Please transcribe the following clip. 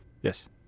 Yes